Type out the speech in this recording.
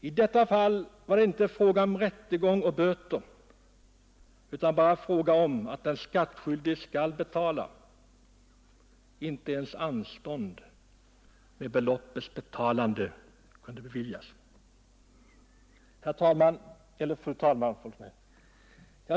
I detta fall var det inte fråga om rättegång och böter utan bara om att den skattskyldige skall betala. Inte ens anstånd med beloppets betalande kunde beviljas. Fru talman!